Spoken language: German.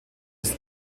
ist